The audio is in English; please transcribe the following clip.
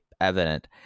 evident